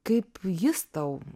kaip jis tau